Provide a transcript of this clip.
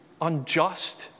unjust